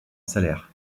salaire